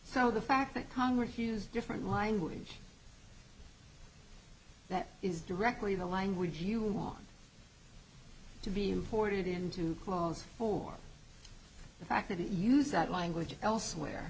so the fact that congress hughes different language that is directly the language you want to be imported into clause for the fact that it used that language elsewhere